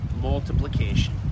multiplication